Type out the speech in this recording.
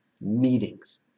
meetings